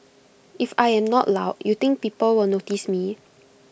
if I am not loud you think people will notice me